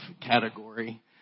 category